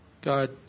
God